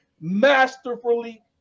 masterfully